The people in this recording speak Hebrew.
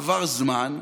עבר זמן,